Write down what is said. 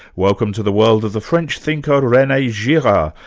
welcome to the world of the french thinker, rene girard,